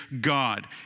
God